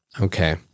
Okay